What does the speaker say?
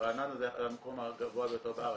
רעננה זה המקום הגבוה ביותר בארץ.